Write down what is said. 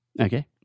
Okay